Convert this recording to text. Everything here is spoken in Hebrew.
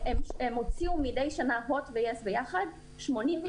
הם הוציאו מדי שנה הוט ויס ביחד 87 מיליון שקלים.